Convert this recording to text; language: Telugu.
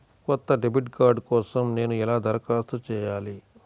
కొత్త డెబిట్ కార్డ్ కోసం నేను ఎలా దరఖాస్తు చేయాలి?